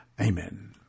Amen